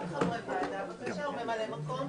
רק חברי הוועדה, בבקשה, או ממלאי מקום.